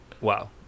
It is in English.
Wow